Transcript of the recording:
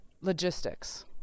logistics